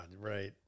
Right